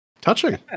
touching